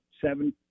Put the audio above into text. seven